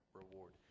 reward